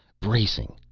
bracing!